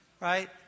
right